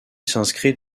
s’inscrit